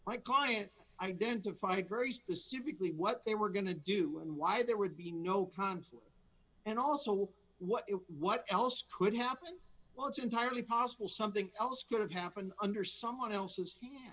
my client identified very specifically what they were going to do and why there would be no consulate and also what what else could happen while it's entirely possible something else could have happened under someone else's